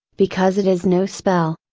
because it is no spell.